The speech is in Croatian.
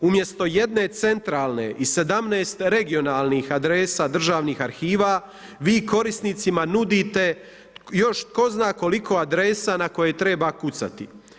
Umjesto jedne centralne i 17 regionalnih adresa državnih arhiva, vi korisnicima nudite još tko zna koliko adresa na koje treba kucati.